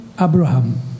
Abraham